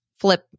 flip